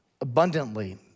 abundantly